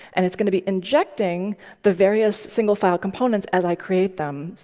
and it's going to be injecting the various single file components as i create them,